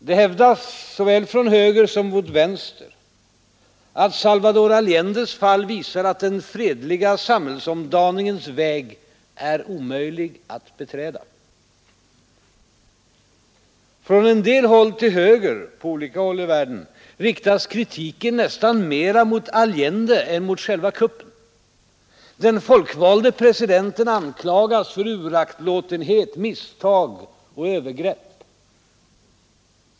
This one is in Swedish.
Det hävdas såväl från höger som från vänster att Allendes fall visar att den fredliga samhällsomdaningens väg är omöjlig att beträda. Från en del grupper till höger på olika håll i världen riktas kritiken nästan mera mot Allende än mot själva kuppen. Den folkvalde presidenten anklagas för uraktlåtenhet, misstag och övergrepp.